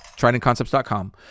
tridentconcepts.com